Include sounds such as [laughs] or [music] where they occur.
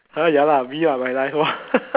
!huh! ya lah me ah my life lor [laughs]